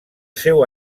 seu